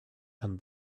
and